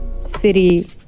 city